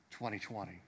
2020